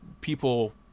people